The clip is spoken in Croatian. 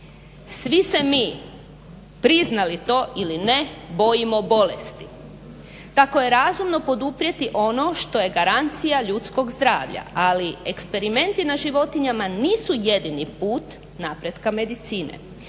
Svi se mi priznali to ili ne bojimo bolesti. Tako je razumno poduprijeti ono što je garancija ljudskog zdravlja, ali eksperimenti nad životinjama nisu jedini put napretka medicine.